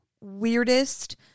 weirdest